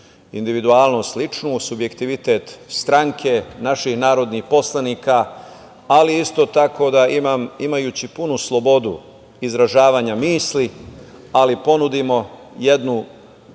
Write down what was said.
Individualnost ličnu, subjektivitet stranke, naših narodnih poslanika, ali isto tako imajući punu slobodu izražavanja mislim, ali ponudimo jednu,